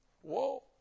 whoa